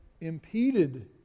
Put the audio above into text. impeded